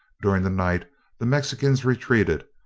during the night the mexicans retreated,